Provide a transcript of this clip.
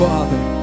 Father